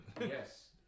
Yes